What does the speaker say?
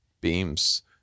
beams